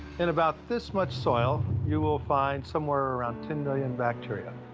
and about this much soil, you will find somewhere around ten million bacteria,